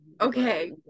Okay